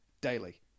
daily